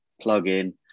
plug-in